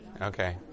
Okay